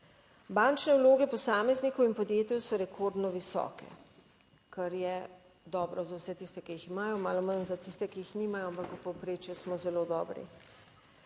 Bančne vloge posameznikov in podjetij so rekordno visoke, Kar je dobro za vse tiste, ki jih imajo malo, manj za tiste, ki jih nimajo, ampak v povprečju smo zelo dobri.